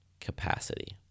capacity